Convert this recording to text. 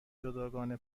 جداگانه